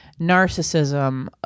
narcissism